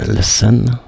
Listen